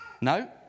No